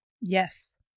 Yes